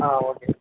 ஆ okay